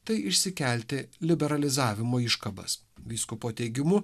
tai išsikelti liberalizavimo iškabas vyskupo teigimu